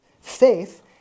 Faith